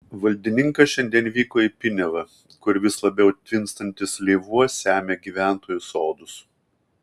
valdininkas šiandien vyko į piniavą kur vis labiau tvinstantis lėvuo semia gyventojų sodus